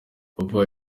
papa